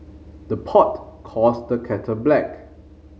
the pot calls the kettle black